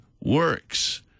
works